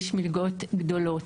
יש מלגות גדולות,